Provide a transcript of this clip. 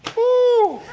oh.